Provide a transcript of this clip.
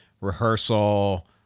rehearsal